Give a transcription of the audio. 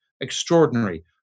extraordinary